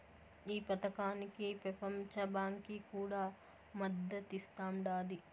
ఈ పదకానికి పెపంచ బాంకీ కూడా మద్దతిస్తాండాది